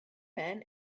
men